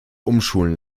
umschulen